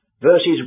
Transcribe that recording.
verses